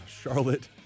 Charlotte